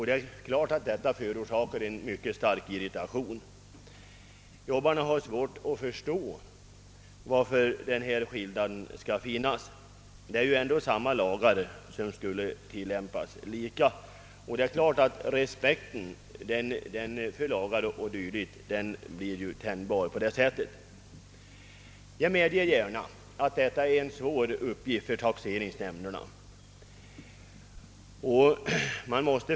Det är klart att detta förorsakar stark irritation; jobbarna har svårt att förstå varför det på denna punkt skall föreligga skillnader mellan faxeringsnämndernas tillämpning — det är ju ändå samma lagar som gäller. Det är klart att respekten för lagar och förordningar blir lidande på detta. Jag medger gärna att detta är en svår uppgift för taxeringsnämnderna.